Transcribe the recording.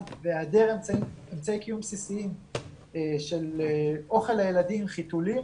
והיעדר אמצעי קיום בסיסיים של אוכל לילדים וחיתולים